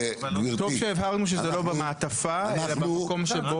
טוב שהבהרנו שזה לא במעטפה אלא במקום.